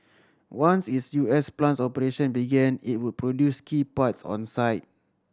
once its U S plant's operation began it would produce key parts on site